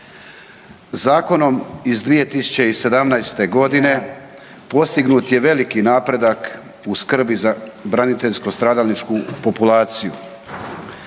Zakonom iz 2017. g. postignut je veliki napredak u skrbi za braniteljsku stradalničku populaciju